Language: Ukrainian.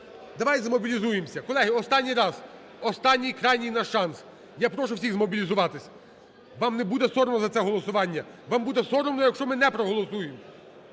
Давайте змобілізуємось. Колеги, останній раз. Останній, крайній наш шанс. Я прошу всіх змобілізуватись. Вам не буде соромно за це голосування. Вам буде соромно, якщо ми не проголосуємо.